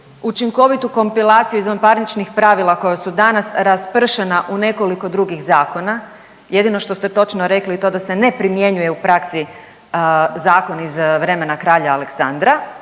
učinkovitu kompilaciju izvanparničnih pravila koja su danas raspršena u nekoliko drugih zakona, jedino što ste točno rekli to da se ne primjenjuje u praksi zakon iz vremena kralja Aleksandra,